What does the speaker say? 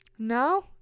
No